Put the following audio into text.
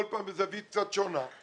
כל פעם מזווית קצת שונה.